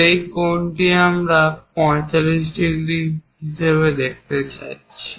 সেই কোণটি আমরা 45 ডিগ্রি হিসাবে দেখাতে যাচ্ছি